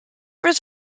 was